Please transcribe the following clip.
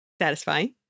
Satisfying